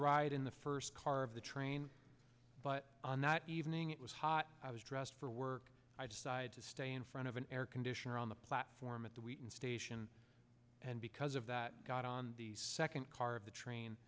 ride in the first car of the train but on the evening it was hot i was dressed for work i decided to stay in front of an air conditioner on the platform at the wheaton station and because of that got on the second car of the train